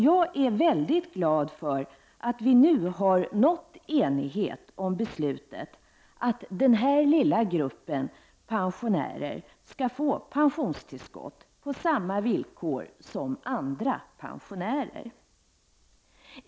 Jag är väldigt glad för att vi nu har nått enighet om beslutet att denna lilla grupp pensionärer skall få pensionstillskott på samma villkor som andra pensionärer.